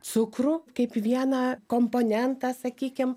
cukrų kaip į vieną komponentą sakykim